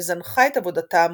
וזנחה את עבודתה המוקדמת.